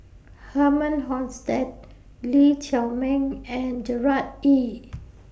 Herman Hochstadt Lee Chiaw Meng and Gerard Ee